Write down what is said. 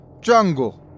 Jungle